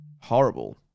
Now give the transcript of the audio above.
horrible